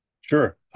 Sure